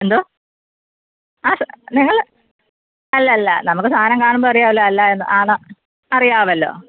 എന്തൊ ആ നിങ്ങൾ അല്ലല്ല നമുക്ക് സാധനം കാണുമ്പോൾ അറിയാലൊ അല്ലാ എന്ന് ആണ് അറിയാമല്ലോ